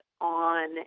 on